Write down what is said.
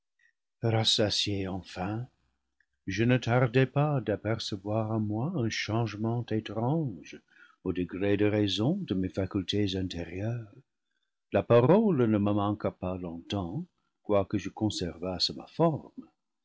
rassasié enfin je ne tardai pas d'apercevoir en moi un chan gement étrange au degré de raison de mes facultés intérieu res la parole ne me manqua pas longtemps quoique je con servasse ma forme